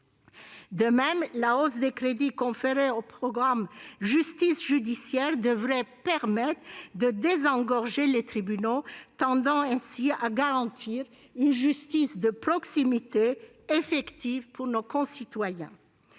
De même, la hausse des crédits du programme « Justice judiciaire » devrait permettre de désengorger les tribunaux, tendant ainsi à garantir une justice de proximité effective pour nos concitoyens.